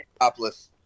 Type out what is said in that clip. Topless